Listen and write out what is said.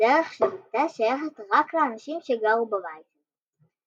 דרך שהיתה שיכת רק לאנשים שגרו בבית הזה.